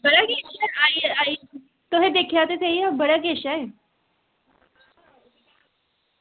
तुस दिक्खेआ ते होना ओह् बड़ा किश ऐ